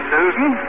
Susan